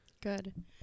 Good